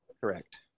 Correct